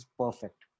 perfect